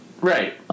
Right